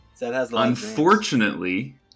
unfortunately